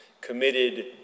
committed